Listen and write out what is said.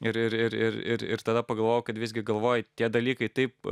ir ir ir ir ir tada pagalvojau kad visgi galvoje tie dalykai taip